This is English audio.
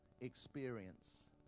experience